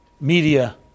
media